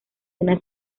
una